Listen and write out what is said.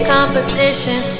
Competition